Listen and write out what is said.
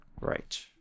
right